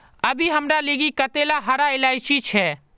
अभी हमार लिगी कतेला हरा इलायची छे